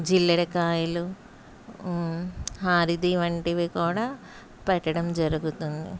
జిల్లేడు కాయలు హారిది వంటివి కూడా పెట్టడం జరుగుతుంది